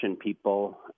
people